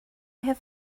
have